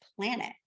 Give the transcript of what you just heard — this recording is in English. planet